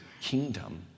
kingdom